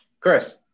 Chris